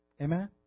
Amen